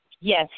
Yes